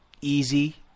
easy